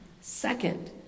Second